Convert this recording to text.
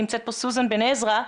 נמצאת פה סוזן בן עזרא,